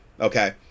Okay